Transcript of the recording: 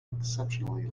exceptionally